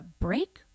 break